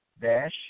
dash